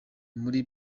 muri